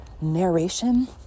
narration